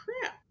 crap